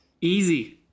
easy